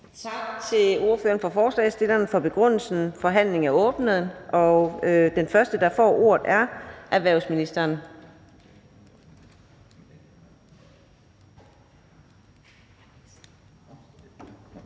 Tak til ordføreren for forslagsstillerne for begrundelsen. Forhandlingen er åbnet, og den første, der får ordet, er erhvervsministeren.